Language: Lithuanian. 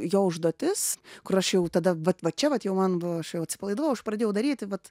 jo užduotis kur aš jau tada vat va čia vat jau man buvo aš jau atsipalaidavau aš pradėjau daryti vat